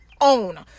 own